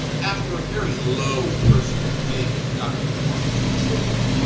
after a very low personal dig at dr. umar's two children,